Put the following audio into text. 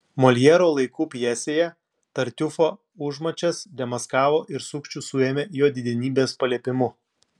moljero laikų pjesėje tartiufo užmačias demaskavo ir sukčių suėmė jo didenybės paliepimu